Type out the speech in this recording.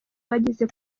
bageze